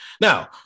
now